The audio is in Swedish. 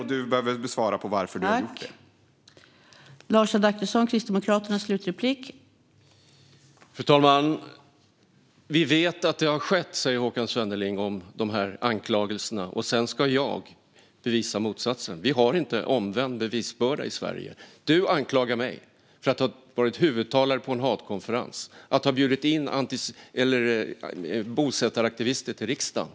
Han behöver svara på varför han har gjort det.